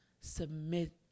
submit